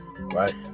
Right